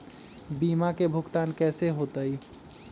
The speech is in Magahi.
बीमा के भुगतान कैसे होतइ?